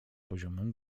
poziomem